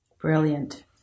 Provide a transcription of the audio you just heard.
Brilliant